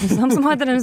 visoms moterims